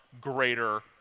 greater